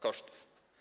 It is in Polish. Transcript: kosztów.